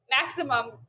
maximum